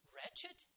Wretched